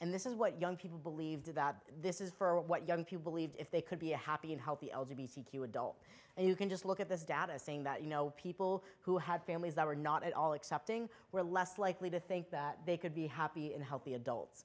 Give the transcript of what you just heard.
and this is what young people believe that this is for what young people leave if they could be a happy and healthy adult and you can just look at this data saying that you know people who had families that were not at all accepting were less likely to think that they could be happy and healthy adults